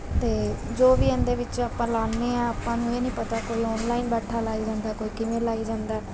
ਅਤੇ ਜੋ ਵੀ ਇਹਦੇ ਵਿੱਚ ਆਪਾਂ ਲਗਾਉਂਦੇ ਹਾਂ ਆਪਾਂ ਇਹ ਨਹੀਂ ਪਤਾ ਕੋਈ ਔਨਲਾਈਨ ਬੈਠਾ ਲਗਾਈ ਜਾਂਦਾ ਕੋਈ ਕਿਵੇਂ ਲਗਾਈ ਜਾਂਦਾ